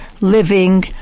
living